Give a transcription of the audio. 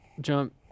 jump